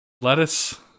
Lettuce